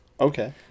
Okay